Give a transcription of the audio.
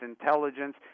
intelligence